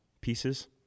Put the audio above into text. pieces